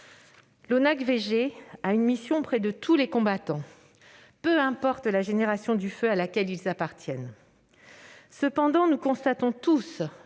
L'ONACVG assure une mission auprès de tous les combattants, peu importe la génération du feu à laquelle ils appartiennent. Cependant, nous constatons tous,